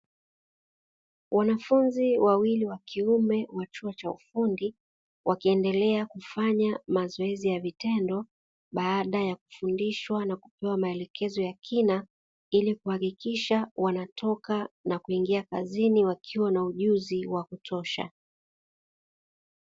Wanafunzi wawili wa kiume wa chuo cha ufundi wakiendelea kufanya mazoezi ya vitendo baada ya kufundishwa na kupewa maelekezo ya kina, ili kuhakikisha wanatoka na kuingia kazini wakiwa na ujuzi wa kutosha.